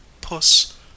puss